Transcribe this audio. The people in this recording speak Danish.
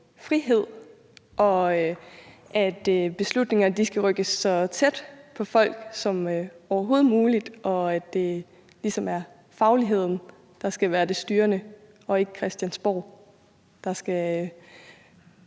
frihed, og at beslutningerne skal rykke så tæt på folk som overhovedet muligt, og at det ligesom er fagligheden, der skal være det styrende, og ikke Christiansborg, der skal